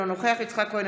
אינו נוכח יצחק כהן,